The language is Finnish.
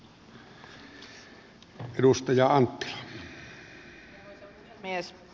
arvoisa puhemies